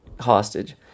hostage